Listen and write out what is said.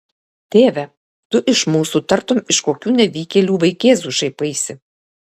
tėve tu iš mūsų tartum iš kokių nevykėlių vaikėzų šaipaisi